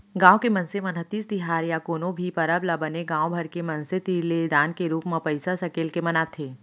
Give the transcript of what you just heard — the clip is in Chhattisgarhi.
गाँव के मनसे मन तीज तिहार या कोनो भी परब ल बने गाँव भर के मनसे तीर ले दान के रूप म पइसा सकेल के मनाथे